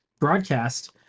broadcast